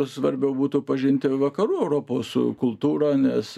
svarbiau būtų pažinti vakarų europos kultūrą nes